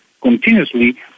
continuously